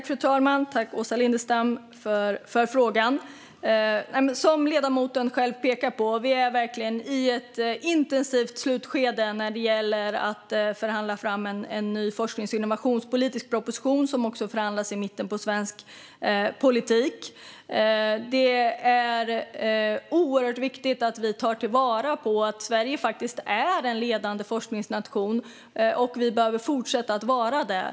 Fru talman! Tack, Åsa Lindestam, för frågan! Som ledamoten själv pekar på är vi verkligen i ett intensivt slutskede när det gäller att förhandla fram en ny forsknings och innovationspolitisk proposition, som också förhandlas i mitten av svensk politik. Det är oerhört viktigt att vi tar vara på att Sverige faktiskt är en ledande forskningsnation, och vi behöver fortsätta att vara det.